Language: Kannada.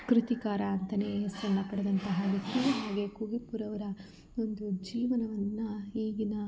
ಕೃತಿಕಾರ ಅಂತಲೇ ಹೆಸ್ರನ್ನ ಪಡೆದಂತಹ ವ್ಯಕ್ತಿ ನಮಗೆ ಕುವೆಂಪುರವರ ಒಂದು ಜೀವನವನ್ನು ಈಗಿನ